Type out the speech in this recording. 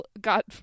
got